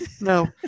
No